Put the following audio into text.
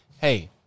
hey